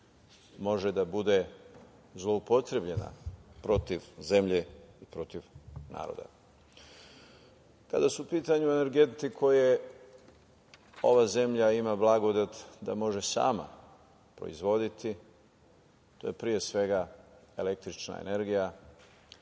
može da bude zloupotrebljena protiv zemlje, protiv naroda. Kada su u pitanju energenti koje ova zemlja ima blagodet da može sama proizvodi, pre svega električna energija,